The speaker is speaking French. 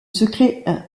secret